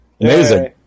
Amazing